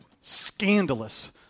scandalous